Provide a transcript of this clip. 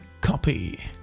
copy